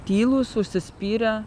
tylūs užsispyrę